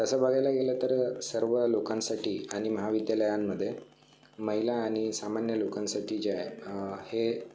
तसं बघायला गेलं तर सर्व लोकांसाठी आणि महाविद्यालयांमध्ये महिला आणि सामान्य लोकांसाठी जे आहे हे